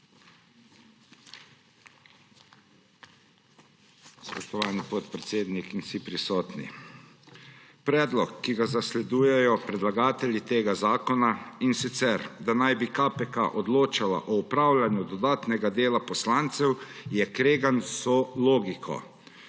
Spoštovani podpredsednik in vsi prisotni! Predlog, ki ga zasledujejo predlagatelji tega zakona, da naj bi KPK odločala o opravljanju dodatnega dela poslancev, je skregan z vso logiko.